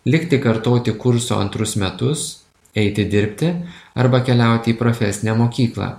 likti kartoti kurso antrus metus eiti dirbti arba keliauti į profesinę mokyklą